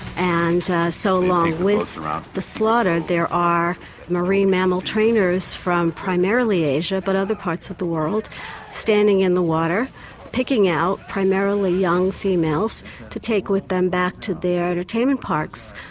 and so along with the slaughter there are marine mammal trainers from primarily asia but other parts of the world standing in the water picking out primarily young females to take with them back to their entertainment parks.